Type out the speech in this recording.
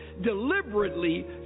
deliberately